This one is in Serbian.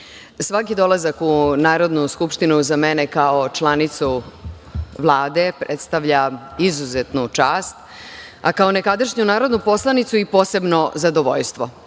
svaki dolazak u Narodnu skupštinu za mene kao članicu Vlade predstavlja izuzetnu čast, a kao nekadašnju narodnu poslanicu i posebno zadovoljstvo.Međutim,